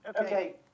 Okay